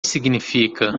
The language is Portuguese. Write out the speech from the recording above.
significa